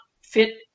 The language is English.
fit